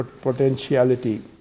potentiality